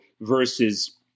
versus